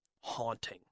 haunting